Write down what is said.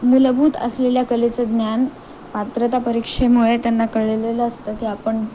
मुलभूत असलेल्या कलेचं ज्ञान पात्रता परीक्षेमुळे त्यांना कळलेलं असतं की आपण